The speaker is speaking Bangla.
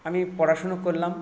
আমি পড়াশোনা করলাম